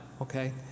okay